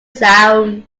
sound